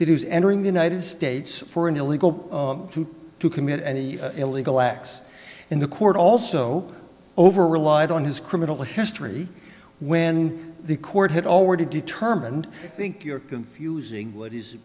was entering the united states for an illegal to commit any illegal acts in the court also over relied on his criminal history when the court had already determined think you're confusing what is